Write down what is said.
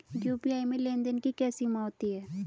UPI में लेन देन की क्या सीमा होती है?